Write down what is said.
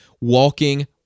walking